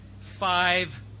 five